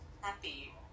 happy